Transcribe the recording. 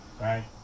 right